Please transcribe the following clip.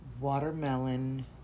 Watermelon